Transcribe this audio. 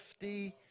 50